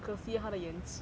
可惜他的颜值